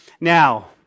Now